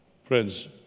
Friends